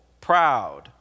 proud